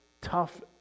tough